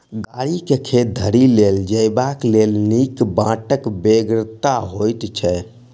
गाड़ी के खेत धरि ल जयबाक लेल नीक बाटक बेगरता होइत छै